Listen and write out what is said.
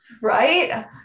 Right